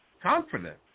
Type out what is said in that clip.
confident